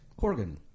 Corgan